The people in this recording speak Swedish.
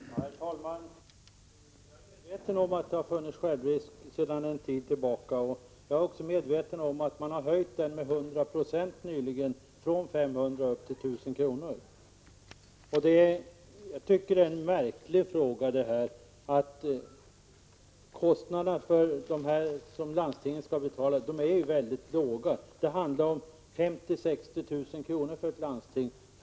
Herr talman! Jag är medveten om att det har funnits självrisk sedan en tid tillbaka. Jag vet också att den nyligen har höjts med 100 96 från 500 till 1 000 kr. Jag tycker att det här är en märklig fråga. Självriskkostnaderna som landstingen betalar är ju väldigt låga. Det handlar om 50 000 å 60 000 kr. om året för ett landsting.